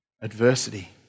adversity